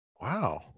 Wow